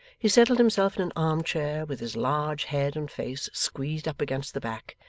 he settled himself in an arm-chair with his large head and face squeezed up against the back,